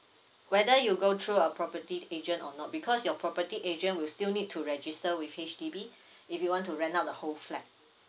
whether you go through a property agent or not because your property agent will still need to register with H_D_B if you want to rent out the whole flat